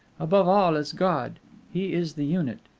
above all is god he is the unit.